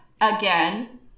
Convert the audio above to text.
again